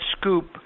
Scoop